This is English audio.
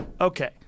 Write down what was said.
okay